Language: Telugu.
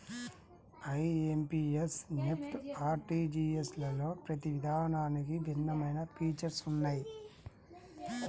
ఐఎమ్పీఎస్, నెఫ్ట్, ఆర్టీజీయస్లలో ప్రతి విధానానికి భిన్నమైన ఫీచర్స్ ఉన్నయ్యి